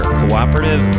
cooperative